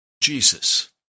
Jesus